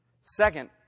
Second